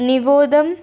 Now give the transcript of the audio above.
వినోదం